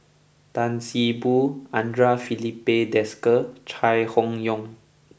Tan See Boo Andre Filipe Desker Chai Hon Yoong